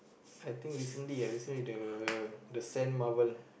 I think recently ah recently the the sand marble